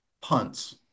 punts